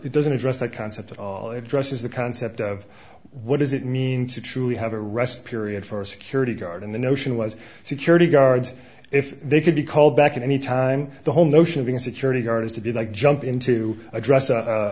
it doesn't address the concept at all addresses the concept of what does it mean to truly have a rest period for a security guard in the notion was security guards if they could be called back at any time the whole notion of being a security guard has to be like jump in to address